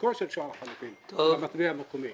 חוזקו של שער החליפין במטבע המקומי.